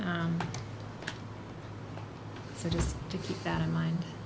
so just to keep that in mind